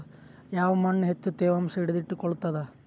ಯಾವ್ ಮಣ್ ಹೆಚ್ಚು ತೇವಾಂಶ ಹಿಡಿದಿಟ್ಟುಕೊಳ್ಳುತ್ತದ?